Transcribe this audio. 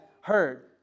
heard